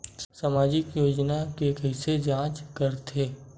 सामाजिक योजना के कइसे जांच करथे?